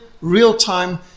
real-time